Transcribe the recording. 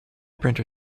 printer